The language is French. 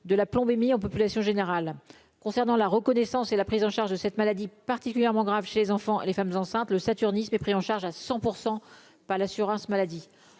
de la plombémie en population générale concernant la reconnaissance et la prise en charge de cette maladie particulièrement grave chez les enfants et les femmes enceintes, le saturnisme est pris en charge à 100 % par l'assurance maladie,